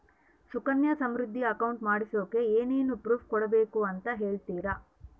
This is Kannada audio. ಸುಕನ್ಯಾ ಸಮೃದ್ಧಿ ಅಕೌಂಟ್ ಮಾಡಿಸೋಕೆ ಏನೇನು ಪ್ರೂಫ್ ಕೊಡಬೇಕು ಅಂತ ಹೇಳ್ತೇರಾ?